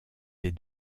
des